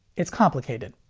it's complicated.